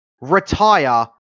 retire